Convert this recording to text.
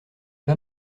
pas